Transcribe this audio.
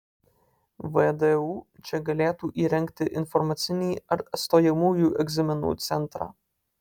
vdu čia galėtų įrengti informacinį ar stojamųjų egzaminų centrą